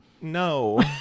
No